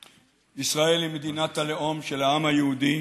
"ישראל היא מדינת הלאום של העם היהודי,